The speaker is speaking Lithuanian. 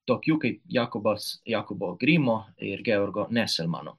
tokių kaip jakobas jokūbo grimo ir georgo neselmano